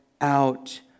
out